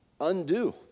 undo